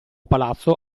palazzo